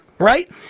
Right